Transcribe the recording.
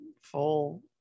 full